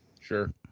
sure